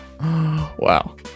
Wow